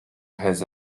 has